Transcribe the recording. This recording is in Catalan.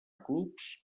clubs